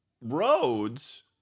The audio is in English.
roads